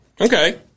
Okay